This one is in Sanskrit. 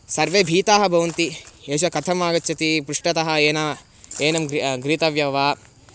सर्वे भीताः भवन्ति एषः कथम् आगच्छति पृष्टतः एनं एनं ग्रि गृहीतव्यः वा